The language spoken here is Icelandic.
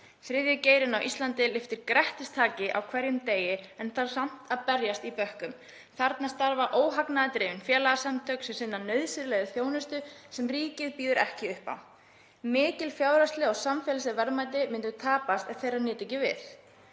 Þriðji geirinn á Íslandi lyftir grettistaki á hverjum degi en þarf samt að berjast í bökkum. Þarna starfa óhagnaðardrifin félagasamtök sem sinna nauðsynlegri þjónustu sem ríkið býður ekki upp á. Mikil fjárhagsleg og samfélagsleg verðmæti myndu tapast ef þeirra nyti ekki við.